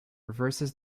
reverses